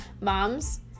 moms